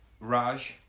Raj